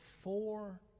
four